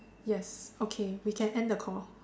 yes okay we can end the call